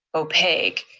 opaque,